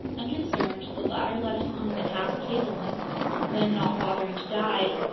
unconcerned, the latter let us come within half a cable length then, not bothering to dive,